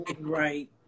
right